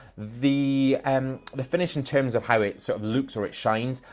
the um the finish in terms of how it sort of looks or it shines,